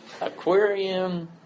aquarium